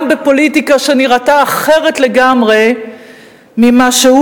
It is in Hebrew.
גם בפוליטיקה שנראתה אחרת לגמרי ממה שהוא